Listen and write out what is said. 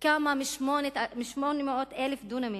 כמה מ-800,000 הדונמים